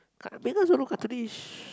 cart~ Megan also look cartoonish